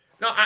No